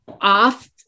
off